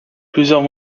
plusieurs